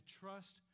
trust